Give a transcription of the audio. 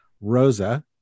Rosa